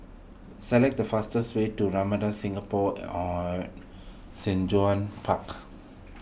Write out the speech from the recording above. select the fastest way to Ramada Singapore Shanzhong Park